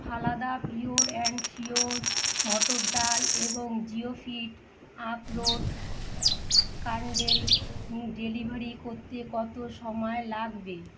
Phalada pure and sure মটর ডাল এবং জিওফিট আখরোট কান্ডেল ডেলিভারি করতে কত সময় লাগবে